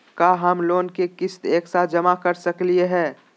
का हम लोन के किस्त एक साथ जमा कर सकली हे?